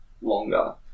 longer